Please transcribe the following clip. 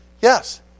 yes